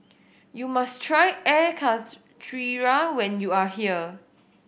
you must try air karthira when you are here